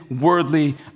worldly